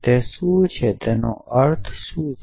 તે શું છે અને તેનો અર્થ શું છે